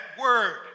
Word